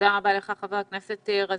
תודה רבה לך, חבר הכנסת רזבוזוב.